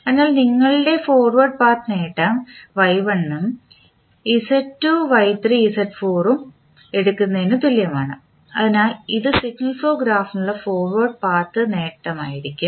അതിനാൽ നിങ്ങളുടെ forward path നേട്ടം Y1 ഉം Z2 Y3 Z4 ഉം എടുക്കുന്നതിന് തുല്യമാണ് അതിനാൽ ഇത് സിഗ്നൽ ഫ്ലോ ഗ്രാഫിനുള്ള ഫോർവേഡ് പാത്ത് നേട്ടമായിരിക്കും